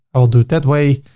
i will do it that way.